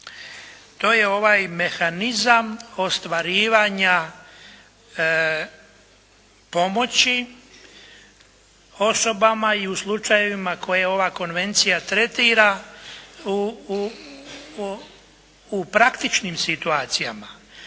to je ovaj mehanizam ostvarivanja pomoći osobama i u slučajevima koje ova Konvencija tretira u praktičnim situacijama.